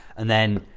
and then